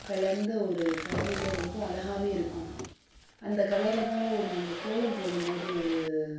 கலந்த ஒரு கலவையில் ரொம்ப அழகாவே இருக்கும் அந்த கலர தான் நாங்கள் கோலம் போடும்போது